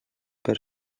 per